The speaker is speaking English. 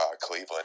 Cleveland